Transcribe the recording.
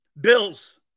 Bills